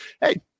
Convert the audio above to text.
hey